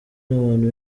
n’abantu